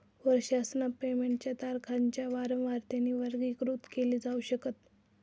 वर्षासन पेमेंट च्या तारखांच्या वारंवारतेने वर्गीकृत केल जाऊ शकत